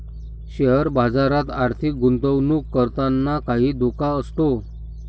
share बाजारात आर्थिक गुंतवणूक करताना काही धोका असतो